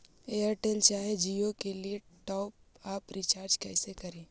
Airtel चाहे जियो के लिए टॉप अप रिचार्ज़ कैसे करी?